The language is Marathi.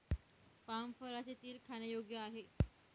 पाम फळाचे तेल खाण्यायोग्य आहे